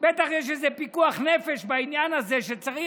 בטח יש איזה פיקוח נפש בעניין הזה שראש